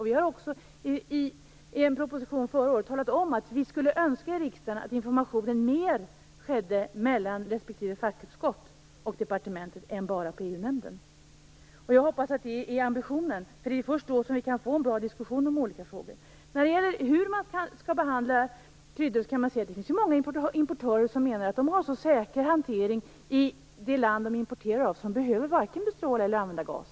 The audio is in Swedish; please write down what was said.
Vi har också i en motion förra året talat om att vi skulle önska att informationen i riksdagen mer skedde mellan respektive fackutskott och departementet och inte bara i EU-nämnden. Jag hoppas att det är ambitionen. Det är först då som vi kan få en bra diskussion om olika frågor. Det finns många importörer av kryddor som menar att de har så säker hantering i det land de importerar från att de varken behöver bestråla eller använda gas.